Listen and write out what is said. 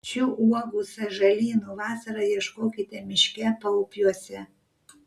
šių uogų sąžalynų vasarą ieškokite miške paupiuose